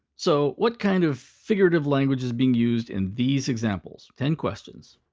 so, what kind of figurative language is being used in these examples? ten questions.